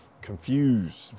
confused